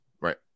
right